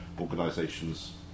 organisations